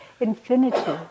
infinity